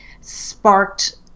sparked